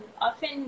often